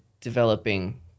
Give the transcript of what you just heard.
developing